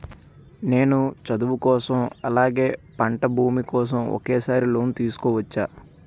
నేను చదువు కోసం అలాగే పంట భూమి కోసం ఒకేసారి లోన్ తీసుకోవచ్చా?